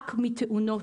רק מתאונות.